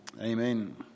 amen